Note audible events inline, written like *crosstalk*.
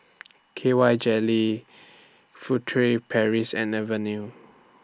*noise* K Y Jelly Furtere Paris and Avene